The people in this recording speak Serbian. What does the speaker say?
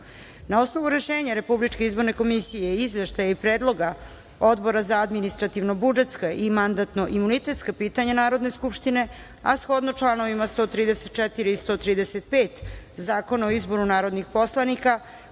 osnovu rešenja RIK i izveštaja i predloga Odbora za administrativno-budžetska i mandatno-imunitetska pitanja Narodne skupštine, a shodno članovima 134. i 135. Zakona o izboru narodnih poslanika,